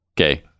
Okay